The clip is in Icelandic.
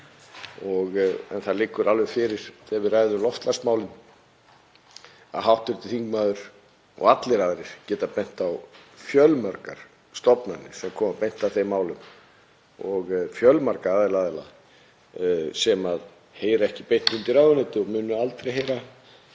Það liggur alveg fyrir þegar við ræðum loftslagsmálin að hv. þingmaður og allir aðrir geta bent á fjölmargar stofnanir sem koma beint að þeim málum og fjölmarga aðra aðila sem heyra ekki beint undir ráðuneytið og munu aldrei heyra